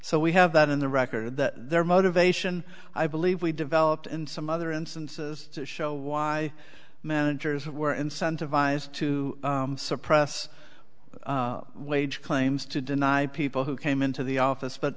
so we have that in the record that their motivation i believe we developed in some other instances to show why managers were incentivized to suppress wage claims to deny people who came into the office but